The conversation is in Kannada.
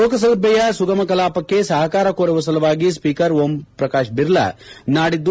ಲೋಕಸಭೆಯ ಸುಗಮ ಕಲಾಪಕ್ಕೆ ಸಹಕಾರ ಕೋರುವ ಸಲುವಾಗಿ ಸ್ಸೀಕರ್ ಓಂ ಬಿರ್ಲಾ ನಾಡಿದ್ದು